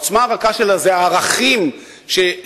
העוצמה הרכה שלה זה הערכים שלנו,